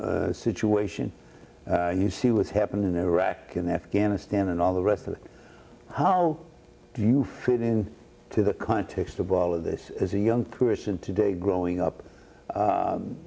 israel situation you see what's happening in iraq and afghanistan and all the rest of it how do you fit in to the context of all of this as a young person today growing up